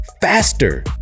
faster